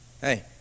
Hey